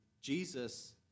Jesus